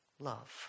Love